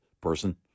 person